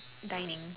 dining